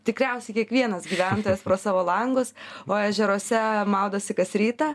tikriausiai kiekvienas gyventojas pro savo langus o ežeruose maudosi kas rytą